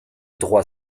droit